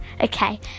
Okay